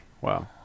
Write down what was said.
Wow